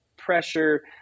pressure